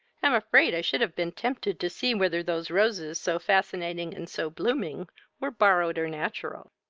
am afraid i should have been tempted to see whether those roses so fascinating and so blooming were borrowed or natural.